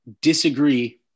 disagree